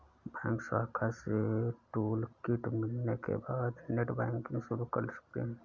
bank शाखा से toolkit मिलने के बाद नेटबैंकिंग शुरू कर सकते है